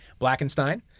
Blackenstein